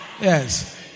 Yes